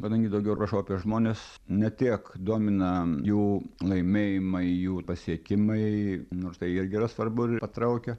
kadangi daugiau rašau apie žmones ne tiek domina jų laimėjimai jų pasiekimai nors tai irgi yra svarbu ir patraukia